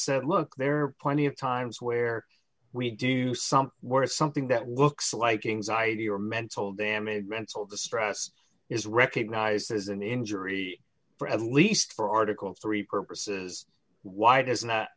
said look there are plenty of times where we do something where it's something that looks like ings idea or mental damage mental distress is recognized as an injury for at least for article three purposes why does not